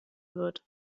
wird